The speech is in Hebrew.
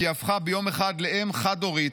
כי היא הפכה ביום אחד לאם חד-הורית.